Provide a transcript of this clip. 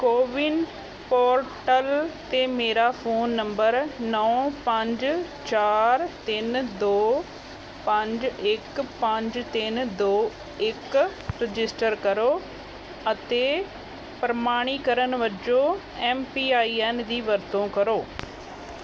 CoWIN portal 'ਤੇ ਮੇਰਾ phone number ਨੌਂ ਪੰਜ ਚਾਰ ਤਿੰਨ ਦੋ ਪੰਜ ਇੱਕ ਪੰਜ ਤਿੰਨ ਦੋ ਇੱਕ ਰਜਿਸਟਰ ਕਰੋ ਅਤੇ ਪ੍ਰਮਾਣੀਕਰਨ ਵਜੋਂ ਐਮ ਪੀ ਆਈ ਐਨ ਦੀ ਵਰਤੋਂ ਕਰੋ